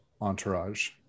entourage